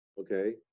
Okay